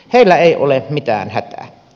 heillä ei ole mitään hätää